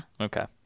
Okay